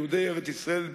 יהודי ארץ-ישראל,